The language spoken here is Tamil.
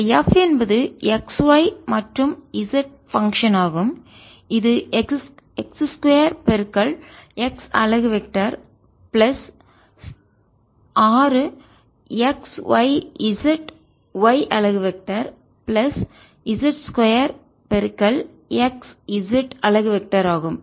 இந்த f என்பது x y மற்றும் z இன் பங்க்ஷன் செயல்பாடு ஆகும் இது x 2 x அலகு வெக்டர் பிளஸ் 6 xyzy அலகு வெக்டர் பிளஸ் z 2 xz அலகு வெக்டர் ஆகும்